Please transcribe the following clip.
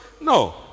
no